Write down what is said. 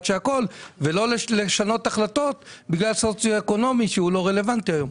ולא לשנות החלטות בגלל מדד סוציו-אקונומי שלא רלוונטי היום.